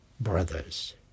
brothers